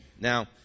Now